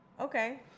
Okay